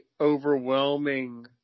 overwhelming